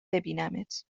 ببینمت